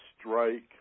strike